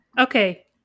Okay